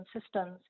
systems